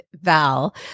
Val